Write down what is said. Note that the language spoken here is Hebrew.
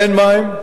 אין מים,